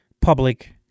public